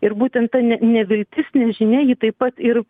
ir būtent ta ne neviltis nežinia ji taip pat ir